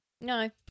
No